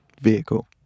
vehicle